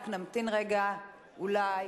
רק נמתין רגע, אולי,